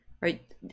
right